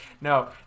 no